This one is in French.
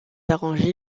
arranger